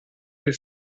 del